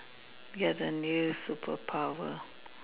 ya the new superpower